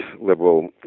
liberal